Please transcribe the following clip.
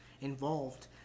involved